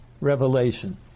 revelation